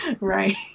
Right